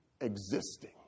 existing